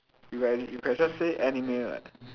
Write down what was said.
if like you can just say anime what